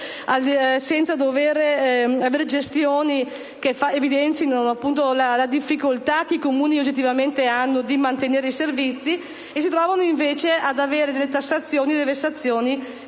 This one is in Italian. gestioni che non fanno che evidenziare la difficoltà che i Comuni oggettivamente hanno di mantenere certi servizi), e si trovano invece a subire delle tassazioni e delle vessazioni che